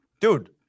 Dude